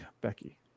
Becky